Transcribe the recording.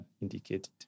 indicated